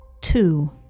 Two